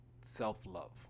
self-love